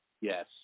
Yes